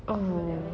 oh